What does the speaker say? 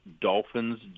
Dolphins